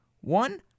one